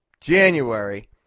January